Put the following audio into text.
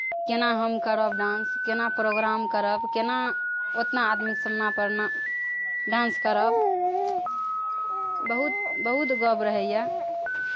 केना हम करब डान्स केना प्रोग्राम करब केना ओतना आदमी के समना परना डान्स करब बहुत बहुत गव रहैये